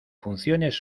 funciones